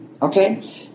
Okay